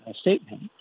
statement